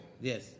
Yes